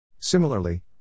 Similarly